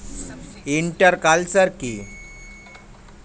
Inter culture কি?